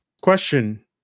question